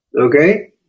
okay